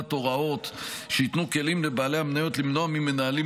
קובעת הוראות שייתנו כלים לבעלי המניות למנוע ממנהלים